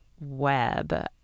web